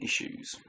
issues